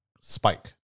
spike